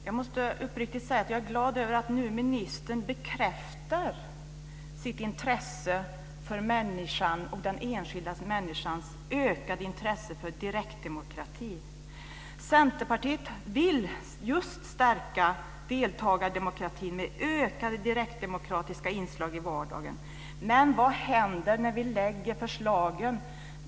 Fru talman! Jag måste uppriktigt sagt säga att jag är glad över att ministern nu bekräftar sitt intresse för den enskilda människans ökade intresse för direktdemokrati. Centerpartiet vill stärka deltagardemokratin med ökade direktdemokratiska inslag i vardagen. Men vad händer när vi lägger fram förslagen?